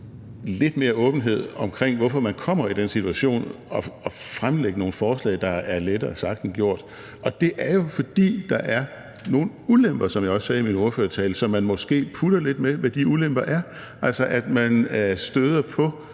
lidt mere åbenhed omkring, hvorfor man kommer i den situation, at man fremlægger nogle forslag om noget, der er lettere sagt end gjort. Det er jo, fordi der er nogle ulemper, som jeg også sagde i min ordførertale, og man putter måske lidt med, hvad de ulemper er, f.eks. at man støder på